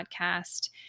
podcast